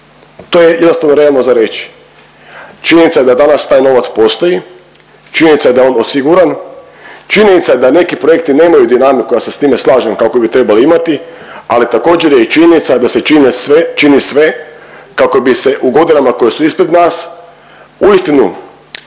To je jednostavno realno za reći. Činjenica da danas taj novac postoji, činjenica je da on osiguran, činjenica je da neki projekti nemaju dinamiku, ja se s time slažem, kako bi trebali imati, ali također je i činjenica da se čini sve kako bi se u godinama koje su ispred nas uistinu